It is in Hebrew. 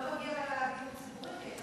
גם לא מגיע לה דיור ציבורי,